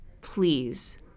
please